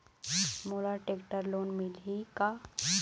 मोला tractor loan मिलही का?